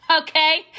okay